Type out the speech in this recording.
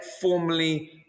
formally